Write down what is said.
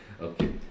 Okay